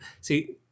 See